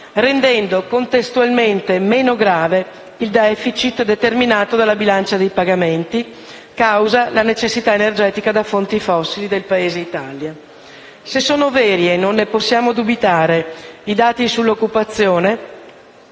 rendendo contestualmente meno grave il *deficit* determinato dalla bilancia dei pagamenti; causa la necessità energetica da fonti fossili del Paese Italia. Se sono veri - e non ne possiamo dubitare - i dati sull'occupazione,